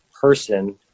person